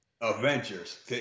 Avengers